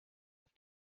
auf